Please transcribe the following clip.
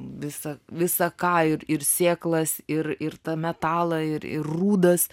visa visa ką ir ir sėklas ir ir tą metalą ir ir rūdas